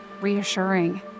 reassuring